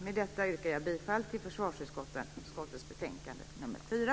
Med detta yrkar jag bifall till förslaget i försvarsutskottets betänkande nr 4.